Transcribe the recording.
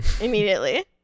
Immediately